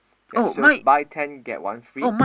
that shows buy ten get one free